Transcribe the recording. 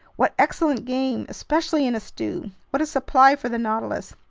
what excellent game, especially in a stew! what a supply for the nautilus!